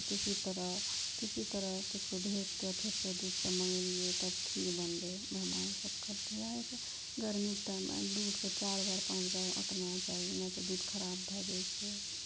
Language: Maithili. किसी तरह किसी तरह ककरो भेज कऽ फेरसँ दूध सब मङ्गलियै तब खीर बनलै मेहमान सब खेलकै गर्मीके टाइममे दूधके चारि बेर पाँच बेर औटना चाही नहि तऽ दूध खराब भए जाइ छै